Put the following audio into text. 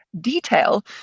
detail